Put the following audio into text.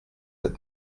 that